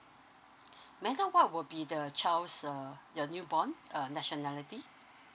may I know what will be the child's uh your new born uh nationality